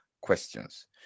questions